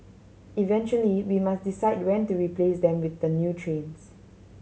eventually we must decide when to replace them with the new trains